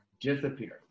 disappeared